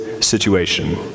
situation